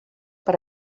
per